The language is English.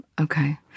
Okay